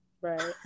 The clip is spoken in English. Right